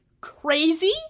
crazy